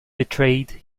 betrayed